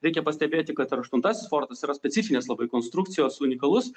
reikia pastebėti kad ir aštuntasis fortas yra specifinės labai konstrukcijos unikalus